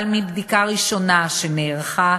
אבל מבדיקה ראשונה שנערכה,